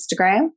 Instagram